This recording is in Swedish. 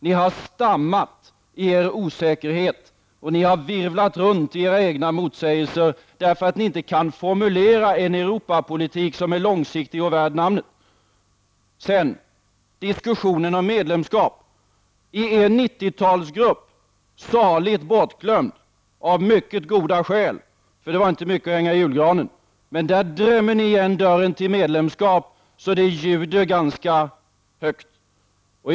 Ni har stannat i er osäkerhet, och ni har virvlat runt i era egna motsägelser därför att ni inte kan formulera en Europapolitik som är långsiktig och värd namnet. Vidare är diskussionen om medlemskap i er 90-talsgrupp saligen bortglömd, och det av mycket goda skäl, för den var inte mycket att hänga i julgranen. Men där drämde ni igen dörren till medlemskap, så att det ljöd ganska högt.